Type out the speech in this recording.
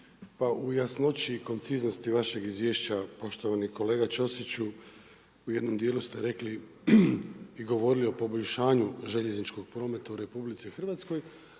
Pa u jasnoći i konciznosti vašeg izvješće poštovani kolega Ćosiću u jednom dijelu ste rekli i govorili o poboljšanju željezničkog prometa u RH,